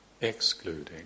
excluding